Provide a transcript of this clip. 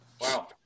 Wow